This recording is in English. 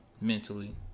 mentally